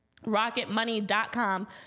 rocketmoney.com